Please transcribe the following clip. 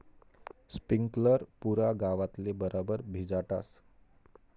sprinkler पुरा गावतले बराबर भिजाडस